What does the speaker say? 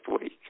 week